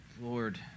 Lord